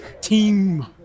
team